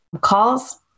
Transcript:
calls